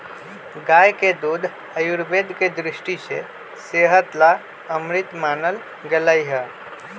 गाय के दूध आयुर्वेद के दृष्टि से सेहत ला अमृत मानल गैले है